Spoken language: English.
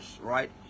right